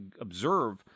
observe